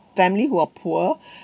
family who are poor